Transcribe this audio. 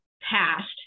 past